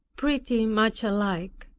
pretty much alike